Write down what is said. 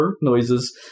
noises